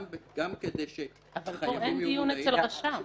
גם כדי שחייבים יהיו מודעים --- פה אין דיון אצל הרשם.